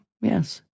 yes